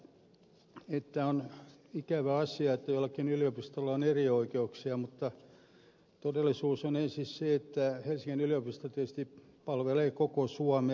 voi tuntua siltä että on ikävä asia että jollakin yliopistolla on erioikeuksia mutta todellisuus on ensin se että helsingin yliopisto tietysti palvelee koko suomea